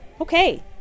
Okay